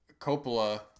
Coppola